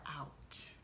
out